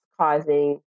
causing